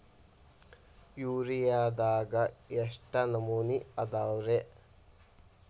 ಯೂರಿಯಾದಾಗ ಎಷ್ಟ ನಮೂನಿ ಅದಾವ್ರೇ?